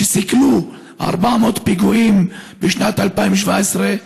שסיכלו 400 פיגועים בשנת 2017,